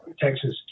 Texas